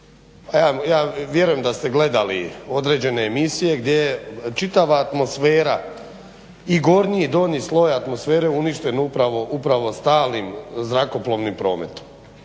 ja vjerujem da ste gledali određene emisije gdje je čitava atmosfera i gornji i donji sloj atmosfere uništen upravo stalnim zrakoplovnim prometom